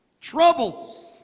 Troubles